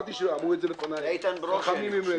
אמרתי שאמרו את זה לפניי חכמים ממני.